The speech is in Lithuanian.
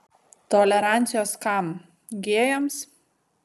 tolerancijos kam gėjams